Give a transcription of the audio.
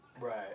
Right